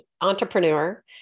entrepreneur